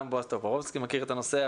גם בועז טופורובסקי מכיר את הנושא,